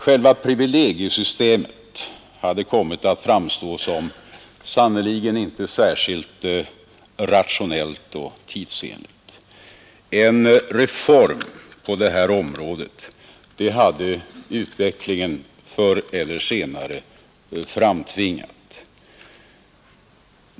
Själva privilegiesystemet hade kommit att framstå som sannerligen inte särskilt rationellt och tidsenligt. En reform på detta område hade förr eller senare framtvingats av utvecklingen.